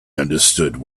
understood